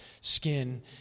skin